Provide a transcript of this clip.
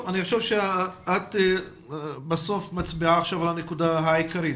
אני חושב שאת מצביעה עכשיו על הנקודה העיקרית.